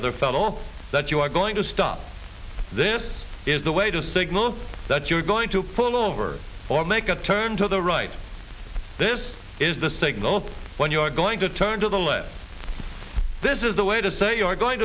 other fellow that you are going to stop this is the way to signal that you're going to pull over or make a turn to the right this is the signal when you're going to turn to the left this is the way to say you are going